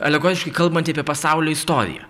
alegoriškai kalbantį apie pasaulio istoriją